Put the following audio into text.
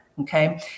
Okay